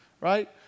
right